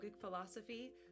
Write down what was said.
philosophy